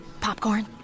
Popcorn